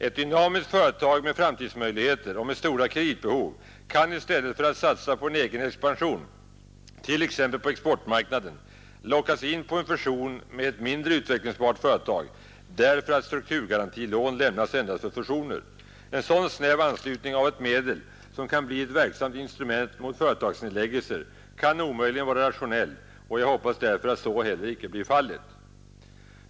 Ett dynamiskt företag med framtidsmöjligheter och med stora kreditbehov kan i stället för att satsa på en egen expansion, t.ex. på exportmarknaden, lockas in på en fusion med ett mindre utvecklingsbart företag därför att strukturgarantilån lämnas endast för fusioner. En sådan snäv användning av ett medel som kan bli ett verksamt instrument mot företagsnedläggelser kan omöjligen vara rationell, och jag hoppas därför att så heller inte blir fallet.